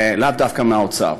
לאו דווקא מהאוצר.